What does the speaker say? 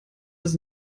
das